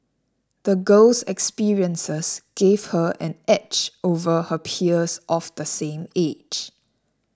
the girl's experiences gave her an edge over her peers of the same age